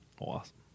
Awesome